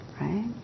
right